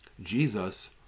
Jesus